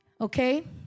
Okay